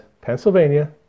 Pennsylvania